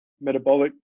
metabolic